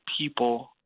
people